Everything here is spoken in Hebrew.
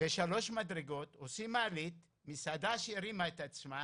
בשלוש מדרגות, מסעדה שהרימה את עצמה,